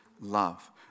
love